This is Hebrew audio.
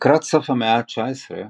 לקראת סוף המאה ה-19,